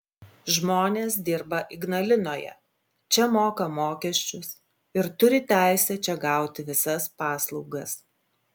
žmonės dirba ignalinoje čia moka mokesčius ir turi teisę čia gauti visas paslaugas